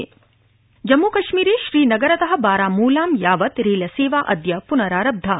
जम्म्कश्मीरम् जम्मुकश्मीरे श्रीनगरत बारामुलां यावत् रेल सेवा अद्य पुनरारब्धा